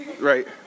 right